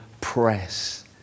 press